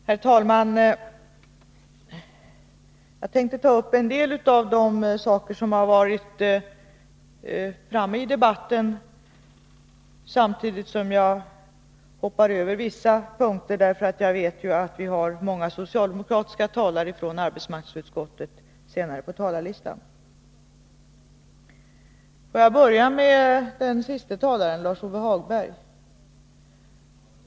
Herr talman! Jag tänkte kommentera en del av de frågor som varit uppe i debatten, samtidigt som jag hoppar över vissa punkter därför att jag vet att vi har många socialdemokratiska talare från arbetsmarknadsutskottet senare på talarlistan. Får jag börja med den senaste talaren, Lars-Ove Hagberg.